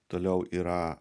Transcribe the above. toliau yra